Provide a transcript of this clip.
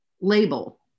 label